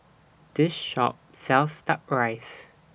This Shop sells Duck Rice